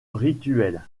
rituel